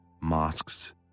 mosques